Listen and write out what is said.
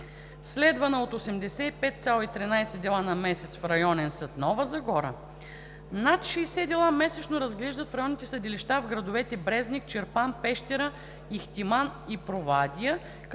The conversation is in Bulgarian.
следвана от 85,13 дела на месец в Районен съд – Нова Загора. Над 60 дела месечно разглеждат в районните съдилища в градовете Брезник, Чирпан, Пещера, Ихтиман и Провадия,